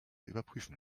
überprüfen